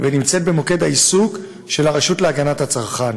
ונמצאת במוקד העיסוק של הרשות להגנת הצרכן.